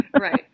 Right